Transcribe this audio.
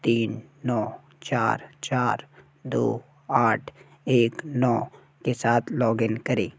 तीन नौ चार चार दो आठ एक नौ के साथ लॉगिन करें